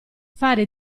fare